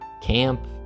Camp